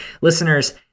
listeners